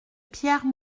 pierre